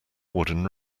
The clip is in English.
wooden